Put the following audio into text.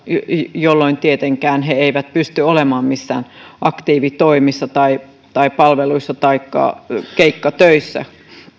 jolloin tietenkään he eivät pysty olemaan missään aktiivitoimissa tai tai palveluissa taikka keikkatöissä